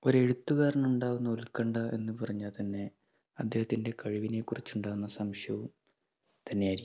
ഒരു എഴുത്തുകാരനുണ്ടാകുന്ന ഉത്കണ്ഠ എന്ന് പറഞ്ഞാൽ തന്നെ അദ്ദേഹത്തിൻ്റെ കഴിവിനെ കുറിച്ചുണ്ടാകുന്ന സംശയവും തന്നെ ആയിരിക്കും